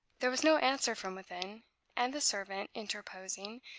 there was no answer from within and the servant, interposing,